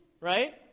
right